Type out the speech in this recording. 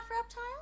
reptile